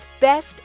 Best